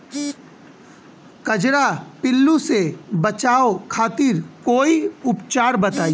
कजरा पिल्लू से बचाव खातिर कोई उपचार बताई?